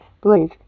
Please